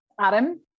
Adam